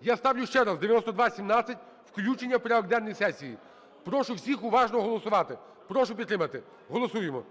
Я ставлю ще раз 9217, включення в порядок денний сесії. Прошу всіх уважно голосувати. Прошу підтримати. Голосуємо.